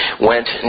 went